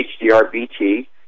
HDR-BT